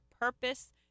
purpose